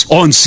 on